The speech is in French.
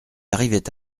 arrivait